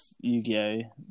Yu-Gi-Oh